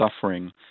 suffering